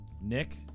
Nick